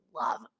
love